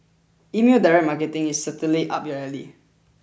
email direct marketing is certainly up your alley